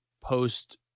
post